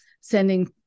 sending